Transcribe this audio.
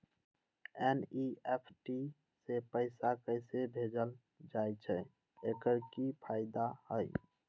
NEFT से पैसा कैसे भेजल जाइछइ? एकर की फायदा हई?